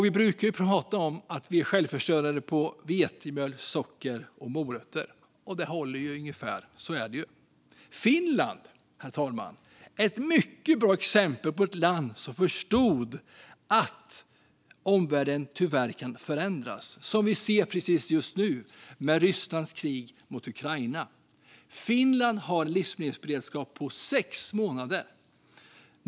Vi brukar prata om att vi är självförsörjande på vete, socker och morötter, och det håller ungefär. Så är det ju. Finland, herr talman, är ett mycket bra exempel på ett land som förstod att omvärlden tyvärr kan förändras - det ser vi just nu med Rysslands krig mot Ukraina. Finland har en livsmedelsberedskap som handlar om sex månader.